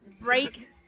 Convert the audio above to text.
break